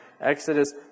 Exodus